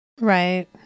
Right